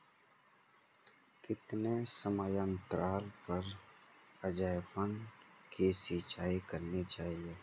कितने समयांतराल पर अजवायन की सिंचाई करनी चाहिए?